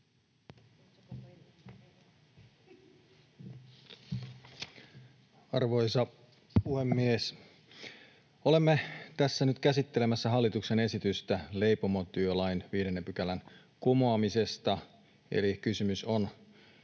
Arvoisa puhemies! Olemme tässä nyt käsittelemässä hallituksen esitystä leipomotyölain 5 §:n kumoamisesta, eli kysymys on